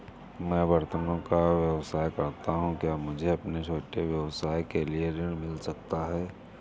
मैं बर्तनों का व्यवसाय करता हूँ क्या मुझे अपने छोटे व्यवसाय के लिए ऋण मिल सकता है?